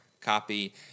copy